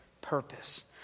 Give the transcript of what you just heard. purpose